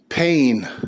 Pain